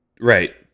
Right